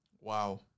Wow